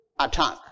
attack